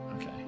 Okay